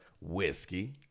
whiskey